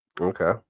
Okay